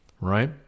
Right